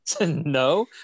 no